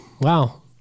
wow